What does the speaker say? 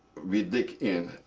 we dig in,